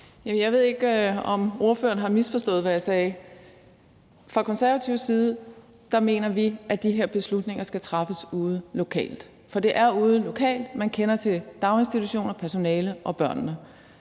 Jeg ved ikke, om ordføreren har misforstået, hvad jeg sagde. Fra konservativ side mener vi, at de her beslutninger skal træffes ude lokalt, for det er ude lokalt, at man kender til daginstitutioner, personale og børn;